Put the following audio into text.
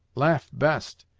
laugh, best.